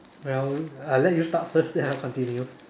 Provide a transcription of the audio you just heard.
well I let you start first then I continue